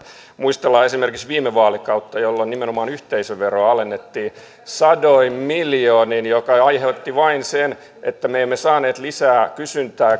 muistellaan esimerkiksi viime vaalikautta jolloin nimenomaan yhteisöveroa alennettiin sadoin miljoonin mikä aiheutti vain sen että me emme saaneet lisää kotimaista kysyntää